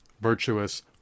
virtuous